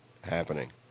happening